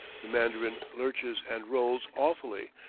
the mandarin lurches and rolls awfully,